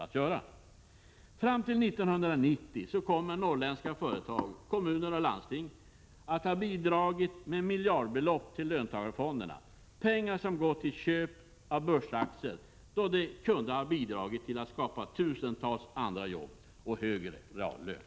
Fram till 1990 kommer norrländska företag, kommuner och landsting att ha bidragit med miljardbelopp till löntagarfonderna — pengar som har gått till köp av börsaktier men som kunde ha bidragit till att skapa tusentals jobb och högre reallön.